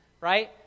right